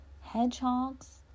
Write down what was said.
hedgehogs